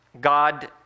God